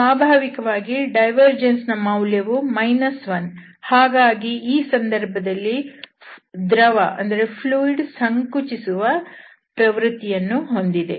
ಸ್ವಾಭಾವಿಕವಾಗಿ ಡೈವರ್ಜೆನ್ಸ್ ನ ಮೌಲ್ಯವು 1 ಹಾಗಾಗಿ ಈ ಸಂದರ್ಭದಲ್ಲಿ ದ್ರವವು ಸಂಕುಚಿಸುವ ಪ್ರವೃತ್ತಿಯನ್ನು ಹೊಂದಿದೆ